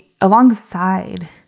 alongside